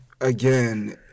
again